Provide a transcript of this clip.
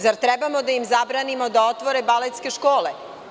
Zar trebamo da im zabranimo da otvore baletske škole?